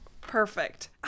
Perfect